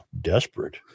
desperate